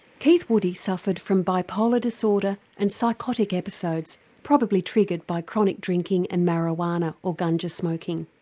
keith woody suffered from bipolar disorder and psychotic episodes probably triggered by chronic drinking and marijuana or ganja smoking.